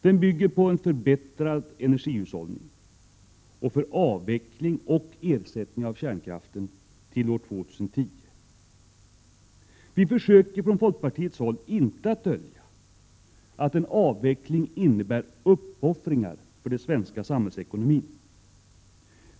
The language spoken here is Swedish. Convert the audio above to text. Den bygger på bl.a. en förbättrad energihushållning och på avveckling och ersättning av kärnkraften till år 2010. Vi försöker från folkpartiets håll inte dölja att en avveckling innebär uppoffringar för den svenska samhällsekonomin.